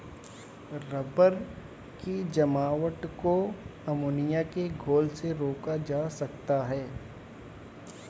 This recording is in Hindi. रबर की जमावट को अमोनिया के घोल से रोका जा सकता है